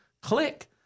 click